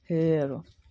সেয়েই আৰু